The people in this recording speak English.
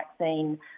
vaccine